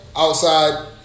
Outside